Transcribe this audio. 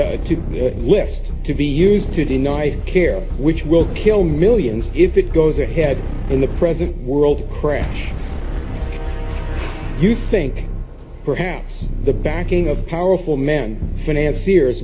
the list to be used to deny care which will kill millions if it goes ahead in the present world crash you think perhaps the backing of powerful men finance ears